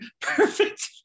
perfect